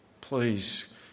please